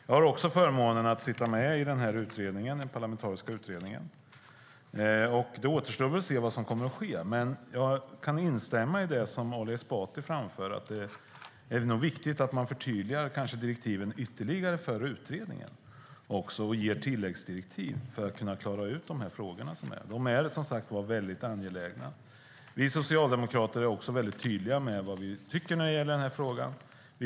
Jag har förmånen att sitta med i den parlamentariska utredningen. Det återstår att se vad som kommer att ske. Jag instämmer dock med Ali Esbati i att det är viktigt att man förtydligar direktiven ytterligare för utredningen, och ger tilläggsdirektiv, för att kunna klara ut frågorna. De är som sagt var väldigt angelägna. Vi socialdemokrater är också tydliga med vad vi tycker i frågan.